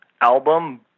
album